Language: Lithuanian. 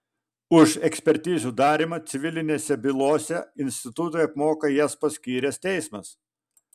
už ekspertizių darymą civilinėse bylose institutui apmoka jas paskyręs teismas